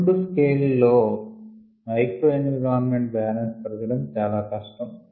రెండు స్కెల్స్ లో micro environment balance పరచడం చాలా కష్టం